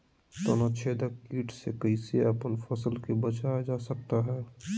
तनाछेदक किट से कैसे अपन फसल के बचाया जा सकता हैं?